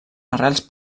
arrels